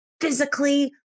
physically